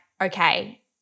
okay